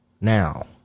now